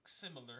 similar